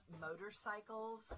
motorcycles